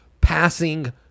passing